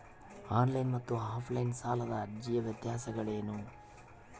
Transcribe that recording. On line ಮತ್ತು offline ಸಾಲದ ಅರ್ಜಿಯ ವ್ಯತ್ಯಾಸಗಳೇನು?